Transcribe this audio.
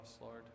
Lord